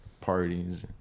Parties